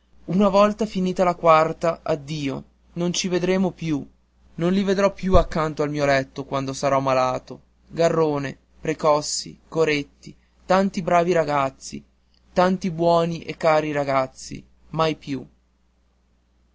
una volta finita la quarta addio non ci vedremo più non li vedrò più accanto al mio letto quando sarò malato garrone precossi coretti tanti bravi ragazzi tanti buoni e cari compagni mai più